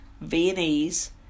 Viennese